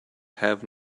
have